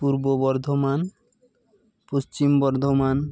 Purba Bardhaman Paschim Bardhaman